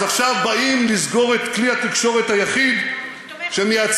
אז עכשיו באים לסגור את כלי התקשורת היחיד שמייצג,